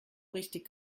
richtig